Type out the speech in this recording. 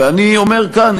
ואני אומר כאן,